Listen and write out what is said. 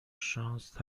شانس